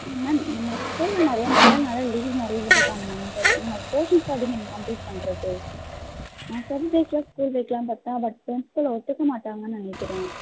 ma'am நம்ம ஸ்கூலில் நிறைய மழைனால லீவ் நிறைய விட்டுட்டாங்க மேம் பட் நம்ம போர்ஷன்ஸ்லாம் எப்படி மேம் கம்ப்ளீட் பண்ணுறது நான் சாட்டர்டேஸில் ஸ்கூல் வைக்கலாம்னு பார்த்தேன் பட் ப்ரின்ஸ்பல் ஒதுக்க மாட்டாங்கன்னு நினைக்கிறேன்